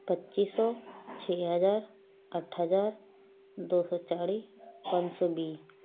ਪੱਚੀ ਸੌ ਛੇ ਹਜ਼ਾਰ ਅੱਠ ਹਜ਼ਾਰ ਦੋ ਸੌ ਚਾਲ਼੍ਹੀ ਪੰਜ ਸੌ ਵੀਹ